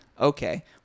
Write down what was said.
Okay